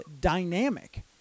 dynamic